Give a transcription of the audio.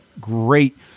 great